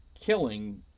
killing